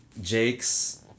Jake's